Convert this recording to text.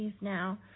now